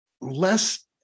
less